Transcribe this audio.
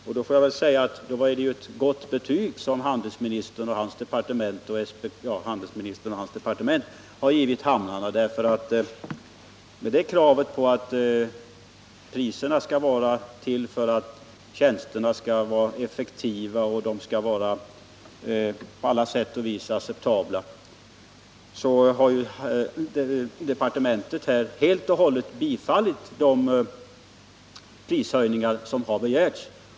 Det var då ett gott betyg som handelsministern och hans departement ger hamnarna; med det kravet på att priserna är till för att tjänsterna skall vara effektiva och på alla sätt och vis acceptabla har departementet helt och hållet bifallit de prishöjningar som har begärts.